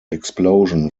explosion